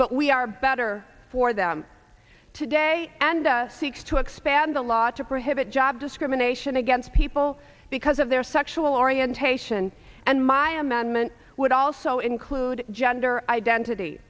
but we are better for them today and seeks to expand the law to prohibit job discrimination against people because of their sexual orientation and my amendment would also include gender identity